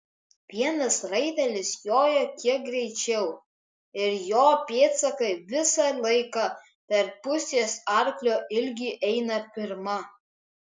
vienas raitelis jojo kiek greičiau ir jo pėdsakai visą laiką per pusės arklio ilgį eina pirma